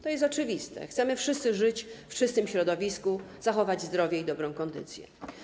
To jest oczywiste, chcemy wszyscy żyć w czystym środowisku, zachować zdrowie i dobrą kondycję.